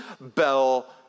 bell